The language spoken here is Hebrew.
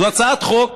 זו הצעת החוק